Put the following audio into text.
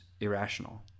irrational